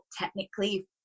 technically